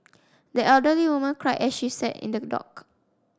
the elderly woman cried as she sat in the dock